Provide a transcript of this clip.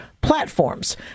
platforms